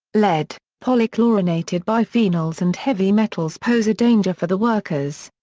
lead, polychlorinated biphenyls and heavy metals pose a danger for the workers.